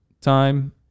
time